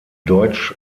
deutsch